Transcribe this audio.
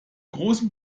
großen